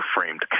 framed